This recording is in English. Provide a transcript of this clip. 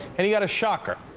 and he had a shocker.